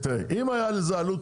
אם היה לזה עלות